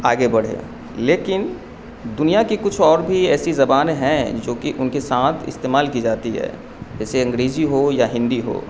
آگے بڑھے لیکن دنیا کی کچھ اور بھی ایسی زبانیں ہیں جو کہ ان کے ساتھ استعمال کی جاتی ہے جیسے انگریزی ہو یا ہندی ہو